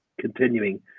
continuing